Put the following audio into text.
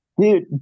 Dude